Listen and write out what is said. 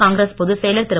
காங்கிரஸ் பொதுச்செயலர் திரு